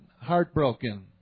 heartbroken